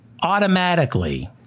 automatically